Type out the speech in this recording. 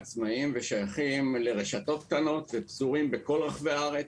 עצמאים ושייכים לרשתות קטנות ופזורים בכל רחבי הארץ,